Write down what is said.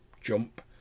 jump